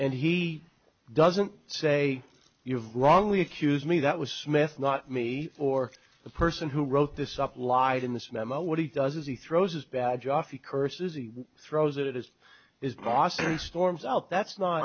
and he doesn't say you've wrongly accused me that was smith not me or the person who wrote this up lied in this memo what he does is he throws his badge off he curses he throws it is is because of storms out that's not